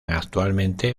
actualmente